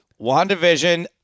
WandaVision